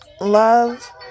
Love